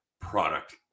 product